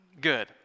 good